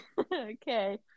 okay